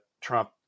Trump